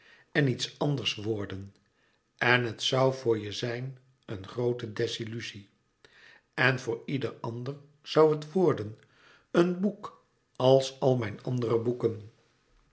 en iets anders worden en het zoû voor je zijn een groote desilluzie en voor ieder ander zoû het worden een boek als al mijne andere boeken